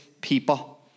people